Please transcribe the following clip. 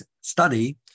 study